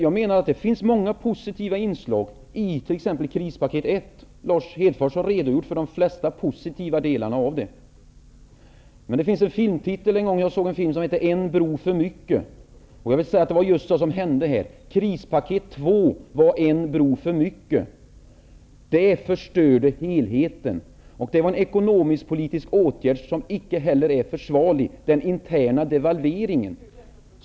Jag anser att det finns många positiva inslag i krispaket 1. Lars Hedfors har redogjort för de flesta positiva delarna. Jag såg en gång en film som heter ''En bro för mycket''. Krispaket 2 blev en bro för mycket. Det förstörde helheten. En ekonomisk-politisk åtgärd som icke heller är försvarlig är den interna devalveringen.